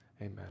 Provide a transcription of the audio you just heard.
Amen